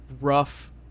rough